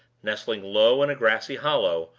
nestling low in a grassy hollow,